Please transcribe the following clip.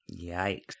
Yikes